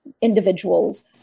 individuals